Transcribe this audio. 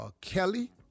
Kelly